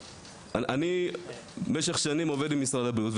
אני עובד במשך שנים עם משרד הבריאות.